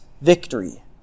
victory